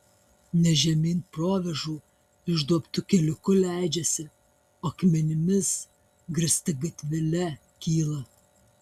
ne žemyn provėžų išduobtu keliuku leidžiasi o akmenimis grįsta gatvele kyla